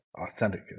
authentic